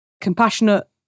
compassionate